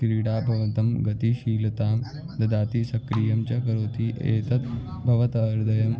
क्रीडा भवतः गतिशीलतां ददाति सक्रियं च करोति एतत् भवतः हृदयं